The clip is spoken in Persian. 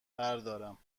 بردارم